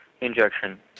injection